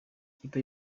ikipe